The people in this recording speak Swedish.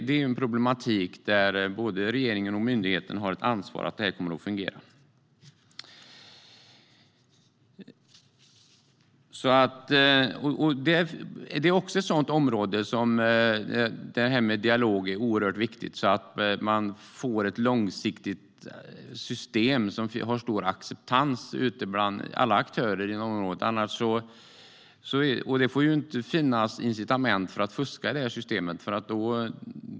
Det är en problematik där både regeringen och myndigheten har ett ansvar för att detta ska fungera. Det här är också ett sådant område där det är oerhört viktigt med dialog. Man måste få ett långsiktigt system som har stor acceptans bland alla aktörer inom området. Det får inte finnas några incitament för att fuska i systemet.